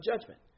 judgment